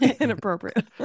Inappropriate